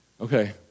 okay